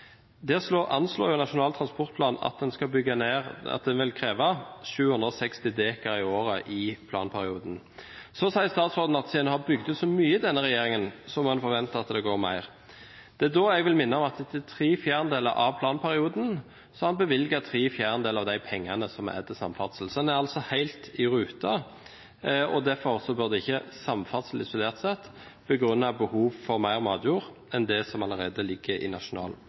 anslår Nasjonal transportplan at en vil kreve 760 dekar i året i planperioden. Så sier statsråden at siden en har bygd ut så mye under denne regjeringen, må en forvente at det går mer. Det er da jeg vil minne om at etter tre fjerdedeler av planperioden har en bevilget tre fjerdedeler av de pengene som er til samferdsel. Så en er altså helt i rute, og derfor burde ikke samferdsel isolert sett begrunne behov for mer matjord enn det som allerede ligger i Nasjonal